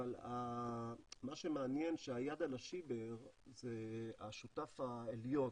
אבל מה שמעניין שהיד על השיבר זה השותף העליון,